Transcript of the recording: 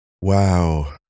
Wow